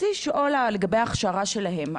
רציתי לשאול לגבי ההכשרה שלהם,